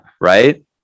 Right